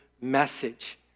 message